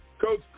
Coach